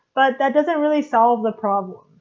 but that doesn't really solve the problem.